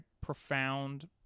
profound